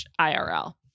IRL